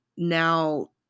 now